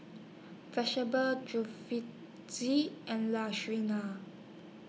and